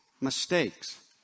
mistakes